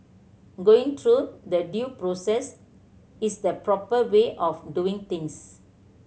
going through the due process is the proper way of doing things